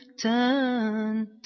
Turn